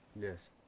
Yes